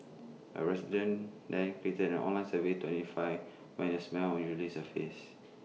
A resident then created an online survey to identify when the smell usually surfaces